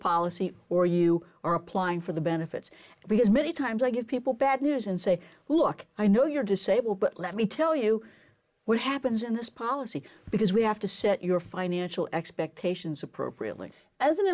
policy or you are applying for the benefits because many times i give people bad news and say look i know you're disabled but let me tell you what happens in this policy because we have to set your financial expectations appropriately as an